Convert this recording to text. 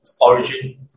origin